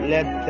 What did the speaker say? Let